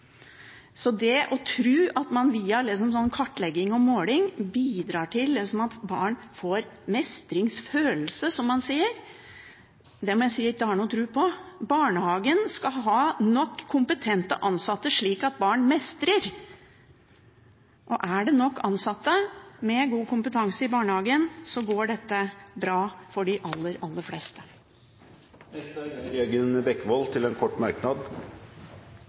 At man via kartlegging og måling bidrar til at barn får mestringsfølelse, som man sier, må jeg si at jeg ikke har noen tro på. Barnehagen skal ha nok kompetente ansatte, slik at barn mestrer, og er det nok ansatte med god kompetanse i barnehagen, går dette bra for de aller, aller fleste. Geir Jørgen Bekkevold har hatt ordet to ganger tidligere og får ordet til en kort merknad,